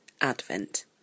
Advent